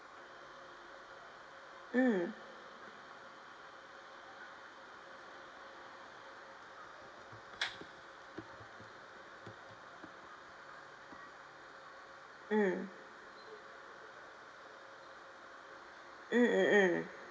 mm mm mm mm mm